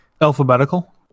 Alphabetical